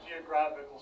geographical